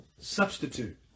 substitute